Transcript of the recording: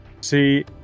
See